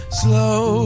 slow